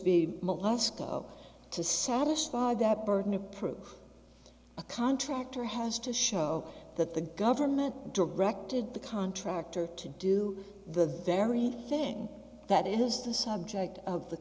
go to satisfied that burden of proof a contractor has to show that the government directed the contractor to do the very thing that is the subject of the